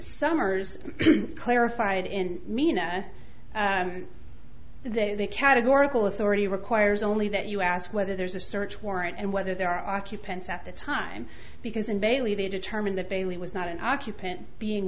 summers clarified in mena they the categorical authority requires only that you ask whether there's a search warrant and whether there are occupants at the time because in bailey they determined that bailey was not an occupant being